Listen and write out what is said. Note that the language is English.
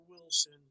Wilson